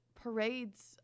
parades